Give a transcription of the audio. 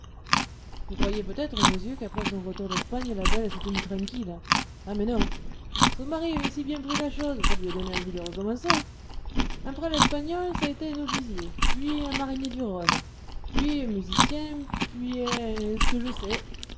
vous croyez peut-être monsieur qu'après son retour d'espagne la belle s'est tenue tranquille ah mais non son mari avait si bien pris la chose ça lui a donné envie de recommencer après l'espagnol ç'a été un officier puis un marinier du rhône puis un musicien puis un est-ce que je sais